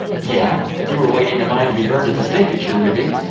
yeah, if you were waiting in line to be burned at the stake, it sure would be.